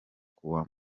kuwo